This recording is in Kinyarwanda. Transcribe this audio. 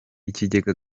ikigega